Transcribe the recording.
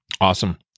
Awesome